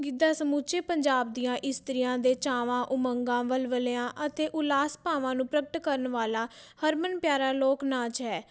ਗਿੱਧਾ ਸਮੁੱਚੇ ਪੰਜਾਬ ਦੀਆਂ ਇਸਤਰੀਆਂ ਦੇ ਚਾਵਾਂ ਉਮੰਗਾਂ ਵਲਵਲਿਆਂ ਅਤੇ ਉਲਾਸ ਭਾਵਾਂ ਨੂੰ ਪ੍ਰਗਟ ਕਰਨ ਵਾਲਾ ਹਰਮਨ ਪਿਆਰਾ ਲੋਕ ਨਾਚ ਹੈ